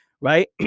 Right